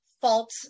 fault